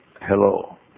hello